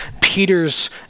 Peter's